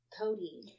Cody